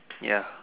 ya